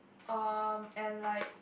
erm and like